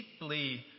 deeply